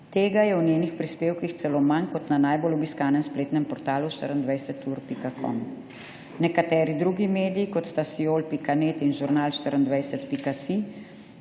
Tega je v njenih prispevkih celo manj kot na najbolj obiskanem spletnem portalu 24ur.com. Nekateri drugi mediji, kot sta Siol.net in Žurnal24.si,